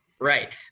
right